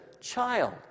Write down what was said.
child